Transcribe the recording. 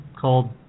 called